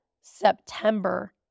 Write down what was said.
September